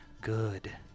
Good